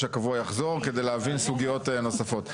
הקבוע יחזור כדי להבין סוגיות נוספות.